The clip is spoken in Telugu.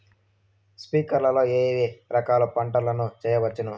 స్ప్రింక్లర్లు లో ఏ ఏ రకాల పంటల ను చేయవచ్చును?